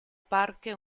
parque